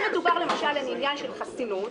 אם מדובר למשל על עניין של חסינות,